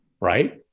right